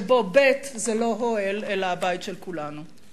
שבו ב' זה לא אוהל אלא הבית של כולנו.